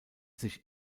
sich